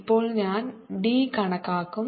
ഇപ്പോൾ ഞാൻ d കണക്കാക്കും